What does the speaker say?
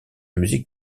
musique